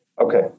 Okay